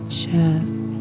chest